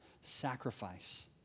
sacrifice